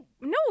No